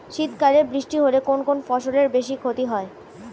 শীত কালে বৃষ্টি হলে কোন কোন ফসলের বেশি ক্ষতি হয়?